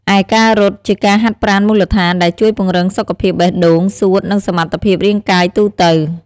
ឯ ការរត់ ជាការហាត់ប្រាណមូលដ្ឋាន ដែលជួយពង្រឹងសុខភាពបេះដូង សួត និងសមត្ថភាពរាងកាយទូទៅ។